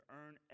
earn